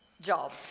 job